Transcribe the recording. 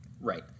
Right